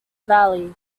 valley